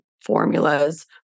formulas